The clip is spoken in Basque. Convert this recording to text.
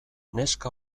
neska